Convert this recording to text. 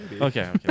Okay